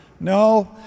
No